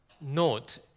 note